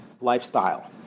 lifestyle